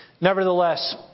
Nevertheless